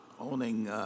owning